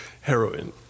Heroin